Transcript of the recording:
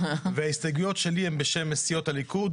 ההסתייגויות שלי הן בשם סיעות הליכוד,